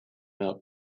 out